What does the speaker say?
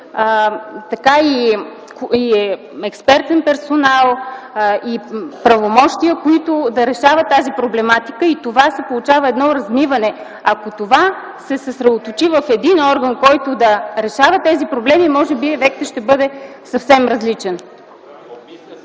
и експертен персонал, и правомощия, които да решават тази проблематика. С това се получава едно размиване, а ако това се съсредоточи в един орган, който да решава тези проблеми, може би ефектът ще бъде съвсем различен.